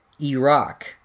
iraq